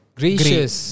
gracious